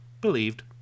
believed